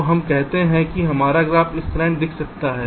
तो हम कहते हैं कि हमारा ग्राफ इस तरह दिख सकता है